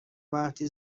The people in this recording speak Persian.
وقتی